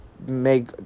make